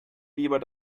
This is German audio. lieber